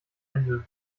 ende